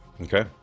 Okay